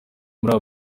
muri